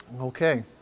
Okay